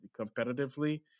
competitively